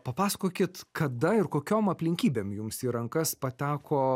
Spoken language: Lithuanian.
papasakokit kada ir kokiom aplinkybėm jums į rankas pateko